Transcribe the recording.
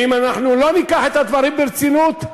ואם לא ניקח את הדברים ברצינות,